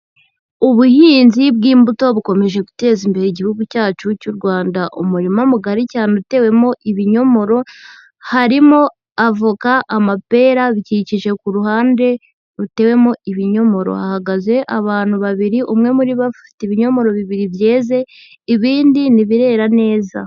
Ubuhinzi bw'imbuto bukomeje guteza imbere Igihugu cyacu cy'u Rwanda, umurima mugari cyane utewemo ibinyomoro harimo avoka, amapera bikikije ku ruhande rutewemo ibinyomoro, hahagaze abantu babiri umwe muri bo afite ibinyomoro bibiri byeze ibindi ntibirera neza.